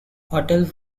hotel